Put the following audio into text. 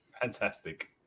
Fantastic